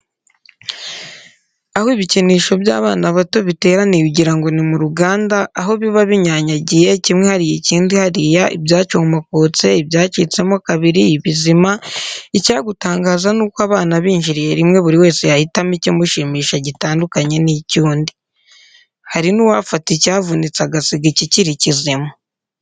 Aho ibikinisho by'abana bato biteraniye ugira ngo ni mu ruganda, aho biba binyanyagiye, kimwe hariya ikindi hariya, ibyacomokotse, ibyacitsemo kabiri, ibizima, icyagutangaza ni uko abana binjiriye rimwe buri wese yahitamo ikimushimisha gitandukanye n'icy'undi! Hari n'uwafata icyavunitse agasiga ikikiri kizima.